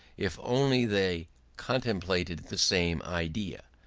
if only they contemplated the same idea.